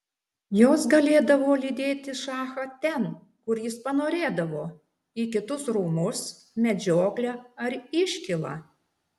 jos galėdavo lydėti šachą ten kur jis panorėdavo į kitus rūmus medžioklę ar iškylą